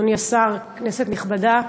אדוני השר, כנסת נכבדה,